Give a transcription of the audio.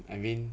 I mean